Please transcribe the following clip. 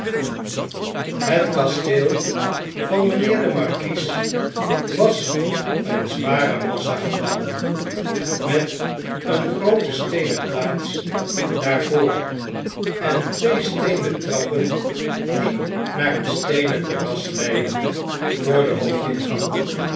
het kasteel van mijnheer den markies was eene zware massa gebouwen met eene groote steenen plaats daarvoor en twee steenen trappen die naar een steenen terras leidde voor den hoofdingang